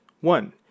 one